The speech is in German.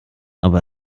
aber